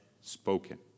spoken